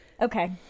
Okay